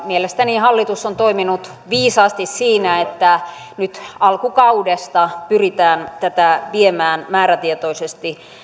mielestäni hallitus on toiminut viisaasti siinä että nyt alkukaudesta pyritään tätä viemään määrätietoisesti